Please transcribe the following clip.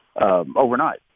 overnight